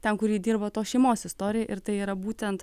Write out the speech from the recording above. ten kur ji dirba tos šeimos istorija ir tai yra būtent